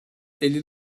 elli